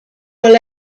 will